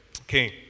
Okay